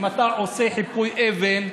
אם אתה עושה חיפוי אבן,